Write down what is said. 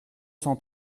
cent